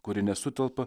kuri nesutelpa